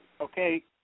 Okay